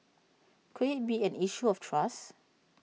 could IT be an issue of trust